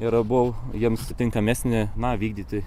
ir abu jiems tinkamesni na vykdyti